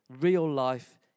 real-life